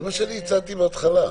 זה מה שאני הצעתי בהתחלה.